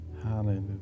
Hallelujah